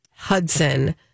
Hudson